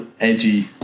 edgy